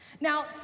Now